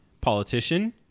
politician